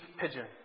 pigeon